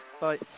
Bye